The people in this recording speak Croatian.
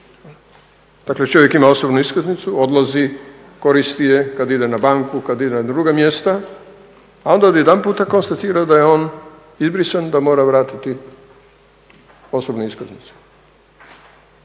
Dakle, čovjek ima osobnu iskaznicu, odlazi, koristi je kad ide na banku, kad ide na druga mjesta, a onda odjedanputa konstatira da je on izbrisan, da mora vratiti osobnu iskaznicu.